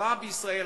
החברה בישראל,